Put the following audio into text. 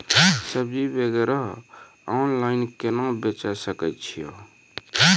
सब्जी वगैरह ऑनलाइन केना बेचे सकय छियै?